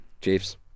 Chiefs